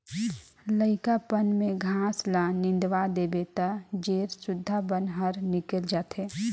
लइकापन में घास ल निंदवा देबे त जेर सुद्धा बन हर निकेल जाथे